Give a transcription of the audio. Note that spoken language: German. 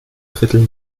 drittel